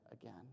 again